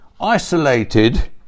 isolated